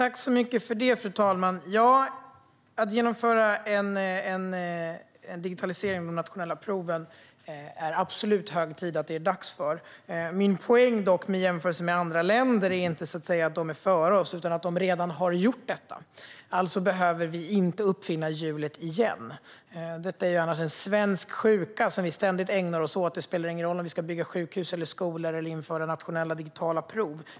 Fru talman! Det är hög tid att genomföra en digitalisering av de nationella proven. Min poäng med jämförelsen med andra länder var inte att de var före oss utan att de redan har gjort det. Alltså behöver vi inte uppfinna hjulet igen. Det är annars en svensk sjuka som vi ständigt ägnar oss åt. Det spelar ingen roll om vi ska bygga sjukhus eller skolor eller införa nationella digitala prov.